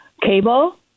cable